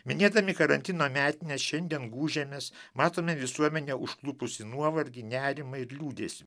minėdami karantino metines šiandien gūžiamės matome visuomenę užklupusį nuovargį nerimą ir liūdesį